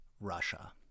russia